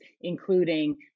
including